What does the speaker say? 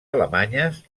alemanyes